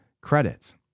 credits